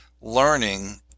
learning